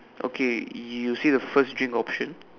okay you see the first drink option